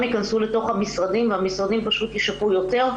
ייכנסו לתוך המשרדים והמשרדים פשוט ישפו יותר,